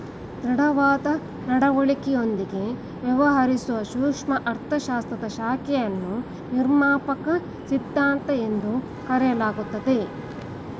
ದೃಢವಾದ ನಡವಳಿಕೆಯೊಂದಿಗೆ ವ್ಯವಹರಿಸುವ ಸೂಕ್ಷ್ಮ ಅರ್ಥಶಾಸ್ತ್ರದ ಶಾಖೆಯನ್ನು ನಿರ್ಮಾಪಕ ಸಿದ್ಧಾಂತ ಎಂದು ಕರೆಯಲಾಗುತ್ತದೆ